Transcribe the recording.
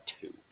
two